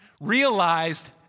realized